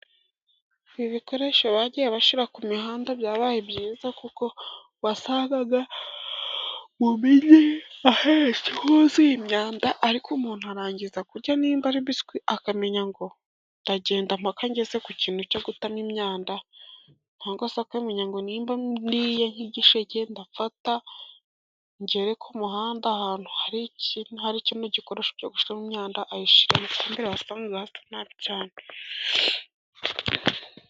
Ibi bikoresho bagiye bashira ku mihanda byabaye byiza, kuko wasangaga ahantu hose huzuye imyanda, ariko umuntu arangiza kurya n'imba ari biswi akamenya ngo ndagenda mpaka ngeze ku kintu cyo kutamo imyanda ntangwa se akamenya ngo nimba niye nk'igisheke, ndafata ngere ko umuhanda ahantu hari ikintu cyangwa hari ikindi gikoresho cyo gushora gushiramo imyanda ayishiremo, kugira ngo ahantu hakomeze gusa neza cyane.